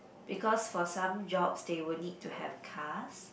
because for some jobs they would need to have cars